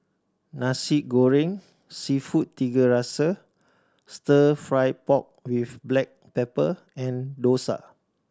Nasi Goreng Seafood Tiga Rasa Stir Fry pork with black pepper and dosa